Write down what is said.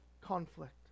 conflict